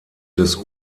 des